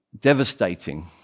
Devastating